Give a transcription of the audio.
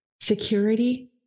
security